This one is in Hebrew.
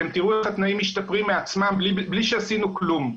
אתם תראו את התנאים משתפרים מעצמם בלי שעשינו כלום.